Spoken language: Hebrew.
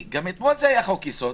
גם אתמול זה היה חוק יסוד.